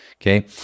okay